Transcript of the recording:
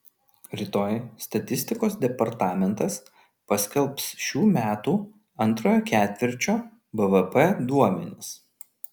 rytoj statistikos departamentas paskelbs šių metų antrojo ketvirčio bvp duomenis